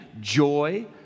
joy